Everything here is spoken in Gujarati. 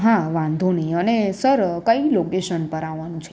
હા વાંધો નહીં અને સર કઈ લોકેશન પર આવવાનું છે